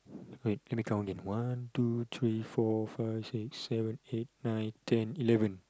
wait let me count again one two three four five six seven eight nine ten eleven